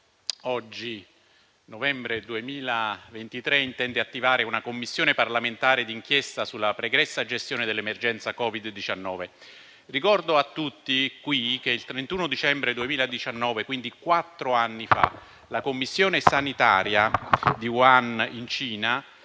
oggi, novembre 2023, intende attivare una Commissione parlamentare d'inchiesta sulla pregressa gestione dell'emergenza Covid-19. Ricordo a tutti qui che il 31 dicembre 2019, quattro anni fa, la commissione sanitaria di Wuhan in Cina